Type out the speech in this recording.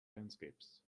landscapes